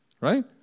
right